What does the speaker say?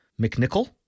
mcnichol